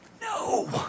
No